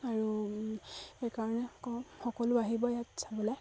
আৰু সেইকাৰণে আকৌ সকলো আহিব ইয়াত চাবলৈ